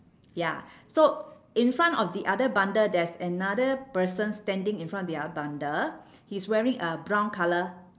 ya so in front of the other bundle there's another person standing in front of the other bundle he's wearing a brown colour